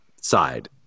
side